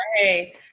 hey